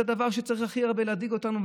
זה דבר שצריך הכי הרבה להדאיג אותנו,